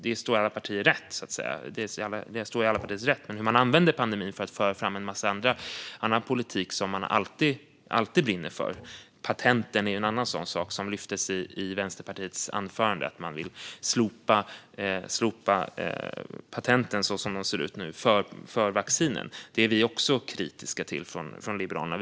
Det står alla partier fritt, men man använder pandemin för att föra fram en massa annan politik som man alltid brinner för. Patenten är annan sådan sak. Det lyftes fram i Vänsterpartiets anförande att man vill slopa patenten för vaccinerna så som de ser ut nu. Det är vi kritiska till från Liberalernas sida.